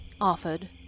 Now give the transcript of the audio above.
offered